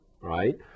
right